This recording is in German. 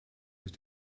sich